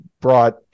brought